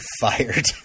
fired